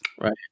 Right